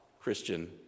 Christian